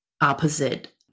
opposite